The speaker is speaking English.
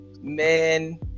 men